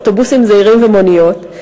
אוטובוסים זעירים ומוניות,